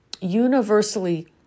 universally